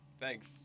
Thanks